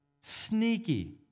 Sneaky